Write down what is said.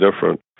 different